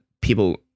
people